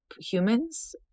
humans